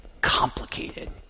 complicated